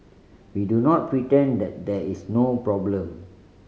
we do not pretend that there is no problem